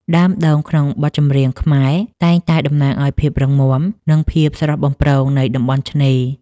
ដើមដូងក្នុងបទចម្រៀងខ្មែរ តែងតែតំណាងឱ្យភាពរឹងមាំ និងភាពស្រស់បំព្រងនៃតំបន់ឆ្នេរ។